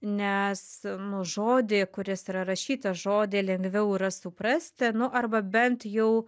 nes nu žodį kuris yra rašytas žodį lengviau yra suprasti nu arba bent jau